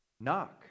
knock